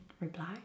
reply